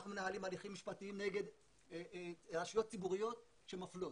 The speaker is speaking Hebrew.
אנחנו מנהלים הליכים משפטיים נגד רשויות ציבוריות שמפלות,